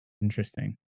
Interesting